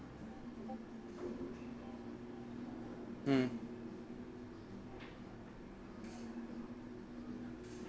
mm